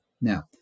Now